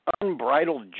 unbridled